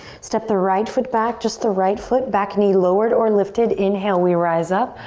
step the right foot back. just the right foot. back knee lowered or lifted. inhale, we rise up.